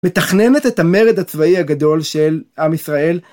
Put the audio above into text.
מתכננת את המרד הצבאי הגדול של עם ישראל.